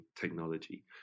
technology